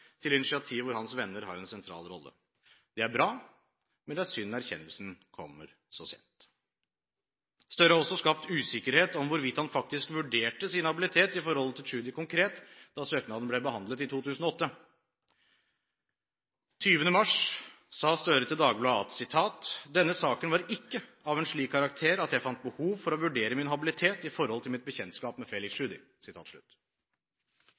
til initiativ hvor hans venner har en sentral rolle. Det er bra, men det er synd at erkjennelsen kommer så sent. Gahr Støre har også skapt usikkerhet om hvorvidt han faktisk vurderte sin habilitet når det gjelder Tschudi konkret, da søknaden ble behandlet i 2008. Den 20. mars sa Gahr Støre til Dagbladet: «Denne saken var ikke av en slik karakter at jeg fant behov for å vurdere min habilitet i forhold til mitt bekjentskap med